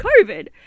COVID